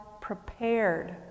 prepared